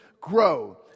grow